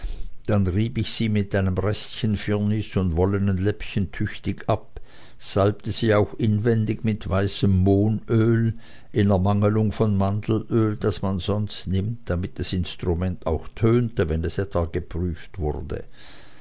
dann rieb ich sie mit einem restchen firnis und wollenen läppchen tüchtig ab salbte sie auch inwendig mit weißem mohnöl in ermangelung von mandelöl das man sonst nimmt damit das instrument auch tönte wenn es etwa geprüft wurde